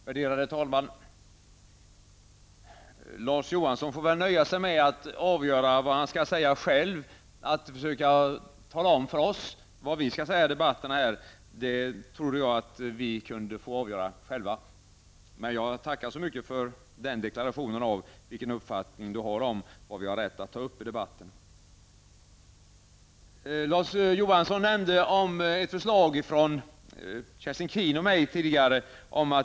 Värderade talman! Larz Johansson får nöja sig med att avgöra vad han själv skall säga. Han försökte tala om för oss vad vi skall säga i debatten. Det trodde jag att vi själva kunde få avgöra. Jag tackar så mycket för Larz Johanssons deklarationer om vad vi har rätt att ta upp i debatten. Kerstin Keen och mig.